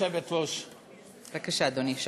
בבקשה, אדוני.